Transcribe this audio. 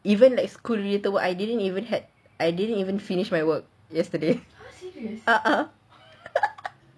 even like school related work I didn't even had I didn't even finish my work yesterday ah ah